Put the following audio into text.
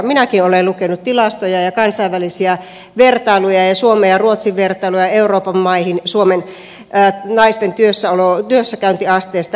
minäkin olen lukenut tilastoja ja kansainvälisiä vertailuja suomen ja ruotsin vertailuja euroopan maihin suomen naisten työssäkäyntiasteesta ynnä muuta